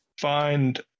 find